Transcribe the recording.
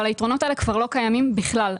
אבל היתרונות האלה כבר לא קיימים בכלל.